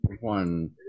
one